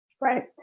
Right